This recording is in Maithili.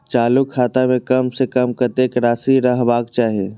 चालु खाता में कम से कम कतेक राशि रहबाक चाही?